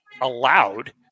allowed